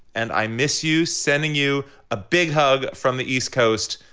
and i miss you. sending you a big hug from the east coast,